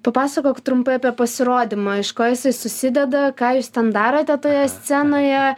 papasakok trumpai apie pasirodymą iš ko jisai susideda ką jūs ten darote toje scenoje